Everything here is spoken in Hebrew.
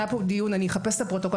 היה כאן דיון אני אחפש את הפרוטוקול,